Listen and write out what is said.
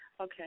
Okay